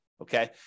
Okay